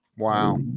Wow